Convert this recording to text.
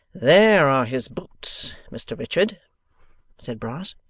there are his boots, mr richard said brass.